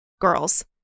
girls